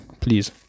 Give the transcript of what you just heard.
Please